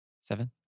Seven